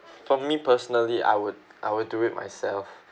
for me personally I would I would do it myself